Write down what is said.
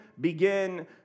begin